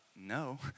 no